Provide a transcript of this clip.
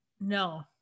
No